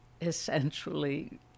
essentially